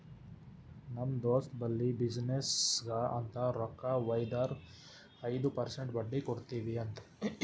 ನಮ್ ದೋಸ್ತ್ ಬಲ್ಲಿ ಬಿಸಿನ್ನೆಸ್ಗ ಅಂತ್ ರೊಕ್ಕಾ ವೈದಾರ ಐಯ್ದ ಪರ್ಸೆಂಟ್ ಬಡ್ಡಿ ಕೊಡ್ತಿವಿ ಅಂತ್